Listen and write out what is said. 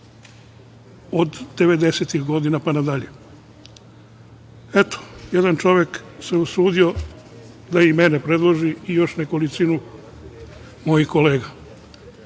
devedesetih godina pa na dalje. Eto, jedan čovek se usudio da i mene predloži i još nekolicinu mojih